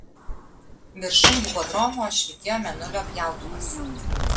viršum hipodromo švytėjo mėnulio pjautuvas